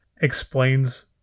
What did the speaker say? explains